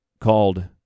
called